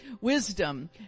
wisdom